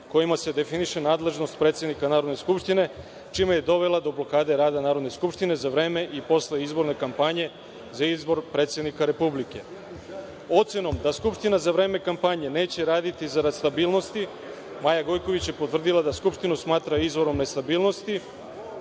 kojima se definiše nadležnost predsednika Narodne skupštine, čime je dovela do blokade rada Narodne skupštine za vreme i posle izborne kampanje za izbor predsednika Republike. Ocenom da Skupština za vreme kampanje neće raditi zarad stabilnosti, Maja Gojković je potvrdila da Skupštinu smatra izvorom nestabilnosti